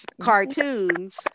cartoons